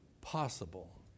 possible